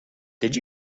did